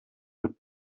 mit